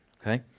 Okay